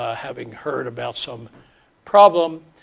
ah having heard about some problem.